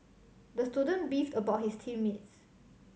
the student beefed about his team mates